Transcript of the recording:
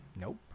Nope